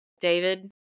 David